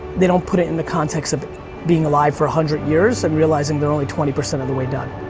they don't put it in the context of being alive for a hundred years and realizing they're only twenty percent of the way done.